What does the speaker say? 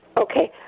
Okay